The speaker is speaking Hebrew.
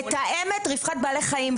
מתאמת רווחת בעלי חיים,